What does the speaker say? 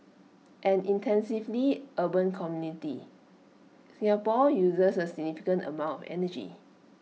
an intensively urban community Singapore uses A significant amount energy